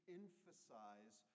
emphasize